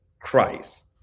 christ